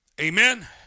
Amen